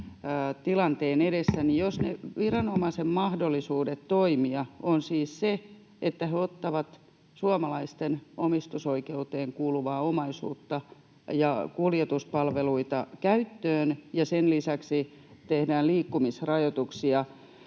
tilanteen edessä, niin jos ne viranomaisen mahdollisuudet toimia ovat siis se, että he ottavat suomalaisten omistusoikeuteen kuuluvaa omaisuutta ja kuljetuspalveluita käyttöön ja sen lisäksi tehdään liikkumisrajoituksia,